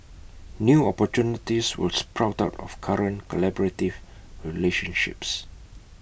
new opportunities will sprout out of current collaborative relationships